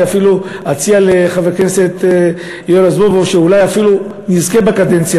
אני אפילו אציע לחבר הכנסת יואל רזבוזוב שאולי יזכה בקדנציה